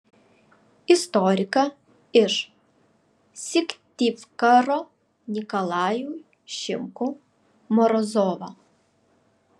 istoriką iš syktyvkaro nikolajų šimkų morozovą